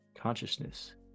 consciousness